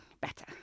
better